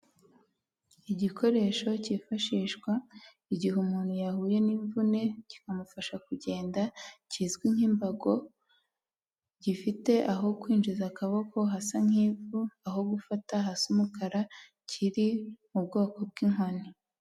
Igikoresho cyifashishwa, igihe umuntu yahuye n'imvune, kikamufasha kugenda kizwi nk'imbago, gifite aho kwinjiza akaboko hasa nk'ivu, aho gufata hasi umukara, kiri mu bwoko bw'inkoni.